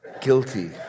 guilty